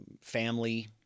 family